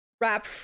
wrap